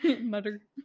Mutter